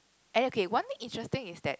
and then K one thing interesting is that